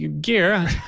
Gear